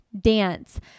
dance